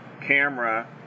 camera